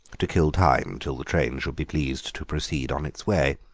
to kill time till the train should be pleased to proceed on its way.